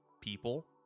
people